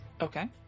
Okay